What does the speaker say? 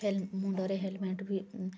ମୁଣ୍ଡରେ ହେଲମେଟ୍ ବି